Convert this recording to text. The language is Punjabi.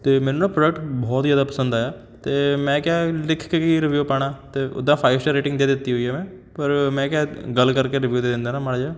ਅਤੇ ਮੈਨੂੰ ਨਾ ਪ੍ਰੋਡਕਟ ਬਹੁਤ ਹੀ ਜ਼ਿਆਦਾ ਪਸੰਦ ਆਇਆ ਅਤੇ ਮੈਂ ਕਿਹਾ ਲਿਖ ਕੀ ਰਿਵਿਊ ਪਾਉਣਾ ਅਤੇ ਉੱਦਾਂ ਫਾਈਵ ਸਟਾਰ ਰੇਟਿੰਗ ਦੇ ਦਿੱਤੀ ਹੋਈ ਹੈ ਮੈਂ ਪਰ ਮੈਂ ਕਿਹਾ ਗੱਲ ਕਰ ਕੇ ਰਿਵਿਊ ਦੇ ਦਿੰਦਾ ਨਾ ਮਾੜਾ ਜਿਹਾ